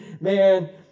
man